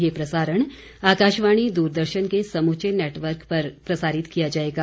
यह प्रसारण आकाशवाणी द्रदर्शन के समूचे नेटवर्क पर प्रसारित किया जाएगा